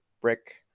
Brick